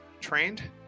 trained